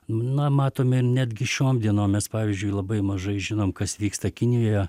na matome ir netgi šiom dienom mes pavyzdžiui labai mažai žinom kas vyksta kinijoje